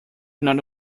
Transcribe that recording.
not